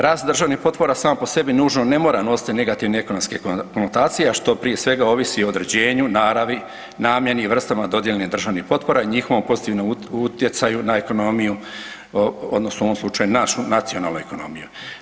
Rast državnih potpora sam po sebi nužno ne mora nositi negativne ekonomske konotacije, a što prije svega ovisi o određenju, naravi, namjeni, vrstama dodjeli državnih potpora, njihovom pozitivnom utjecaju na ekonomiju, odnosno u ovom slučaju nacionalnu ekonomiju.